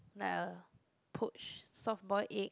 like a poach soft boil egg